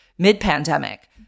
mid-pandemic